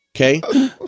Okay